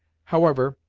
however,